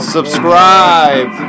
Subscribe